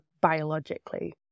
biologically